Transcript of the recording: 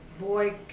boy